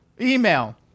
Email